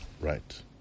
Right